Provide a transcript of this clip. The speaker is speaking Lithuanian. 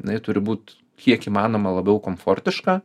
jinai turi būt kiek įmanoma labiau komfortiška